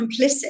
complicit